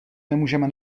nemůžeme